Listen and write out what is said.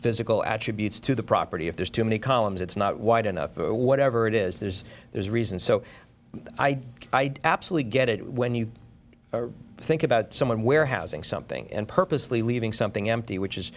physical attributes to the property if there's too many columns it's not wide enough whatever it is there's there's a reason so i absolutely get it when you think about someone warehousing something and purposely leaving something empty which is